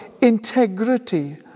integrity